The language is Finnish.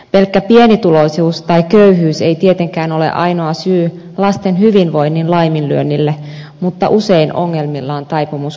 pelkkä pienituloisuus tai köyhyys ei tietenkään ole ainoa syy lasten hyvinvoinnin laiminlyönnille mutta usein ongelmilla on taipumus kasautua